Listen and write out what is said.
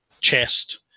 chest